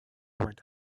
went